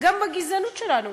גם בגזענות שלנו.